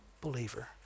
believer